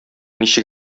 ничек